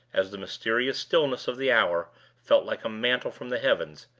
as the mysterious stillness of the hour fell like a mantle from the heavens,